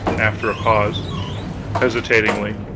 after a pause hesitatingly